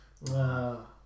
Wow